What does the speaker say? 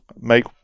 make